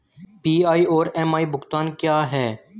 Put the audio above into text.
PI और EMI भुगतान क्या हैं?